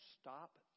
stop